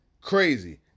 crazy